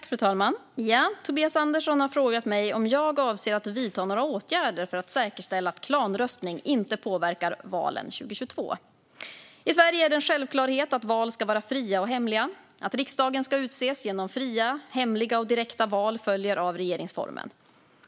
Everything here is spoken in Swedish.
Fru talman! Tobias Andersson har frågat mig om jag avser att vidta några åtgärder för att säkerställa att klanröstning inte påverkar valen 2022. I Sverige är det en självklarhet att val ska vara fria och hemliga. Att riksdagen ska utses genom fria, hemliga och direkta val följer av regeringsformen.